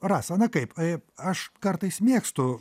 rasa na kaip aš kartais mėgstu